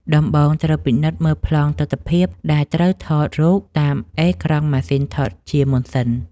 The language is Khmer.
ដំបូងត្រូវពិនិត្យមើលប្លង់ទិដ្ឋភាពដែលត្រូវថតរូបតាមកអេក្រង់ម៉ាស៊ីនថតជាមុនសិន។